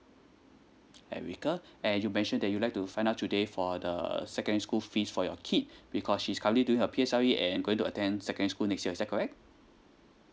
erica and you mention that you like to find out today for the secondary school fees for your kid because she's currently doing her P_S_L_E and going to attend secondary school next year is that correct